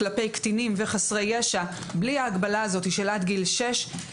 כלפי קטינים וחסרי ישע בלי ההגבלה הזאת של עד גיל שש,